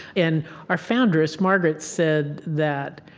and our foundress, margaret, said that,